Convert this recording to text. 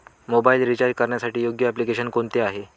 Mobile recharge करण्यासाठी योग्य application कोणते आहे?